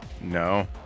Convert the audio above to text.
no